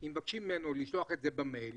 אם מבקשים ממנו לשלוח את זה במייל,